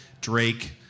Drake